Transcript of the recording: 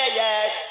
yes